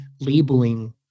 labeling